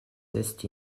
esti